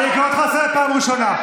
אני קורא אותך לסדר פעם ראשונה.